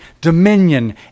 dominion